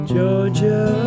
Georgia